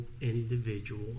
individual